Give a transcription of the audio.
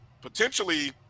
potentially –